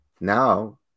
Now